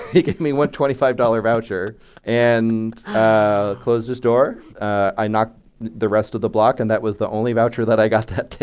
he gave me one twenty five dollars voucher and closed his door. i knocked the rest of the block, and that was the only voucher that i got that day.